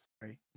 sorry